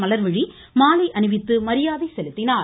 மலர்விழி மாலை அணிவித்து மரியாதை செலுத்தினார்